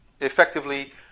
effectively